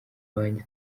wanjye